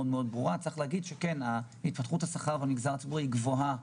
כן צריך להגיד שהתפתחות השכר במגזר הציבורי היא גבוהה,